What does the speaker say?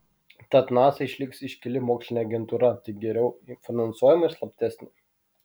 tad nasa išliks iškili mokslinė agentūra tik geriau finansuojama ir slaptesnė